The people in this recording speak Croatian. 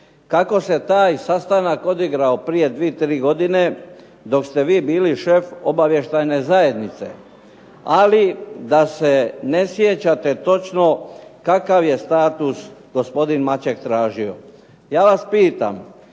kako se taj sastanak odigrao prije dvije, tri godine dok ste vi bili šef obavještajne zajednice. Ali da se ne sjećate točno kakav je status gospodin Maček tražio. Ja vas pitam,